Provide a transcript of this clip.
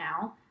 now